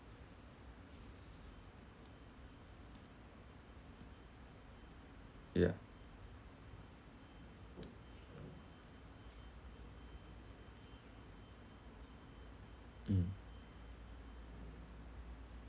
ya mm